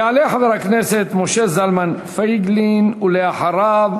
יעלה חבר הכנסת משה זלמן פייגלין, ואחריו,